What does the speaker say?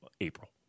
April